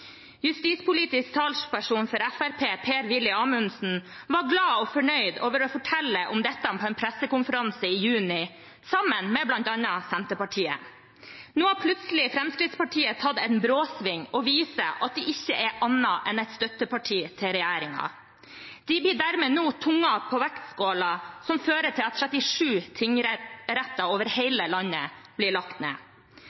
Justispolitisk talsperson for Fremskrittspartiet, Per-Willy Amundsen, var glad og fornøyd over å fortelle om dette på en pressekonferanse i juni, sammen med bl.a. Senterpartiet. Nå har plutselig Fremskrittspartiet tatt en bråsving og viser at de ikke er annet enn et støtteparti for regjeringen. De blir dermed nå tungen på vektskålen som fører til at 37 tingretter over